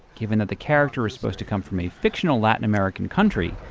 given that the character is supposed to come from a fictional latin american country,